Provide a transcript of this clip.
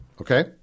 Okay